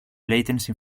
latency